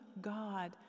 God